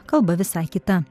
kalba visai kita